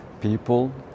people